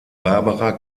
barbara